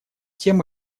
тем